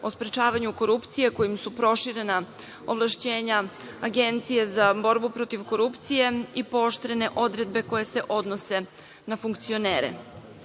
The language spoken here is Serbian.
o sprečavanju korupcije kojim su proširena ovlašćenja Agencije za borbu protiv korupcije i pooštrene odredbe koje se odnose na funkcionere. Takođe,